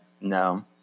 No